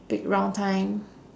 big round time